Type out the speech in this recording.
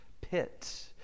pit